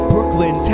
Brooklyn